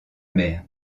mer